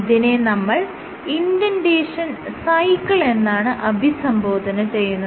ഇതിനെ നമ്മൾ ഇൻഡന്റേഷൻ സൈക്കിളെന്നാണ് അഭിസംബോധന ചെയ്യുന്നത്